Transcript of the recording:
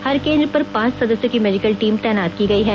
हर केंद्र पर पांच सदस्यों की मेडिकल टीम तैनात की गई है